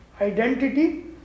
identity